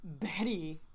Betty